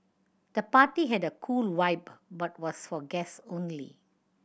the party had a cool vibe but was for guest only